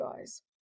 guys